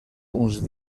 uns